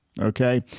Okay